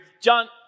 John